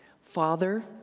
father